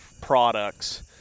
products